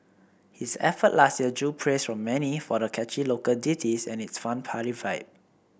his effort last year drew praise from many for the catchy local ditties and its fun party vibe